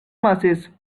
masses